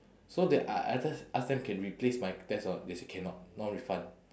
so then I I just ask them can replace my test or not they say cannot no refund